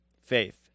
faith